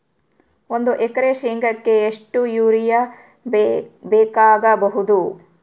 ಒಂದು ಎಕರೆ ಶೆಂಗಕ್ಕೆ ಎಷ್ಟು ಯೂರಿಯಾ ಬೇಕಾಗಬಹುದು?